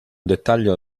dettaglio